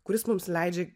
kuris mums leidžia